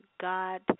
God